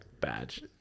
Badge